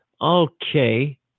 Okay